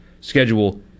schedule